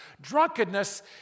Drunkenness